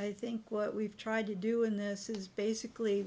i think what we've tried to do in this is basically